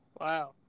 Wow